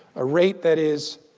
a rate that is